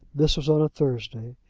this was on a thursday,